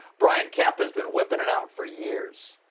brian kemp has been whipping it out for years.